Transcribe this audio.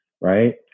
Right